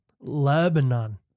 Lebanon